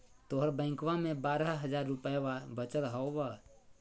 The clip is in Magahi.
तोहर बैंकवा मे बारह हज़ार रूपयवा वचल हवब